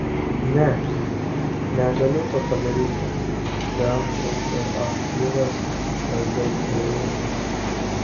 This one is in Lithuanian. ne negaliu to padaryti be antrankių achilas per daug pavojingas